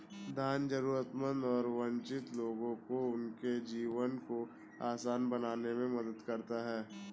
दान जरूरतमंद और वंचित लोगों को उनके जीवन को आसान बनाने में मदद करता हैं